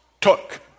Took